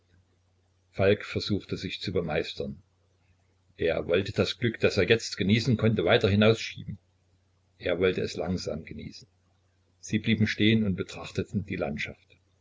falk versuchte sich zu bemeistern er wollte das glück das er jetzt genießen konnte weiter hinausschieben er wollte es langsam genießen sie blieben stehen und betrachteten die landschaft